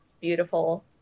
beautiful